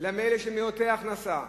לאלה שהם מעוטי הכנסה,